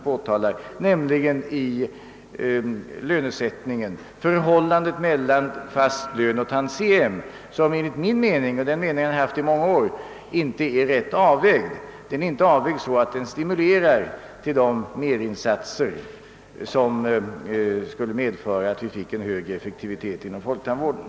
Jag tror att orsakerna skall sökas i lönesättningen, i förhållandet mellan fast lön och tantiem. Lönesättningen är enligt min mening — och den meningen har jag haft i många år — inte avvägd så att den stimulerar till de merinsatser som skulle medföra att vi fick en högre effektivitet inom folktandvården.